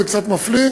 זה קצת מפליא.